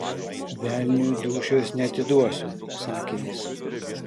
velniui dūšios neatiduosiu sakė jis